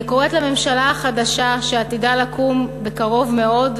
אני קוראת לממשלה החדשה שעתידה לקום בקרוב מאוד,